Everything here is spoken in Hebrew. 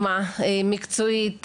מקצועית,